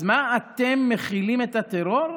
אז מה, אתם מכילים את הטרור?